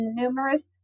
numerous